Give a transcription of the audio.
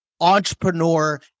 entrepreneur